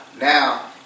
Now